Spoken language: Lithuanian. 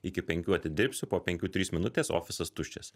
iki penkių atidirbsiu po penkių trys minutės ofisas tuščias